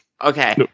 Okay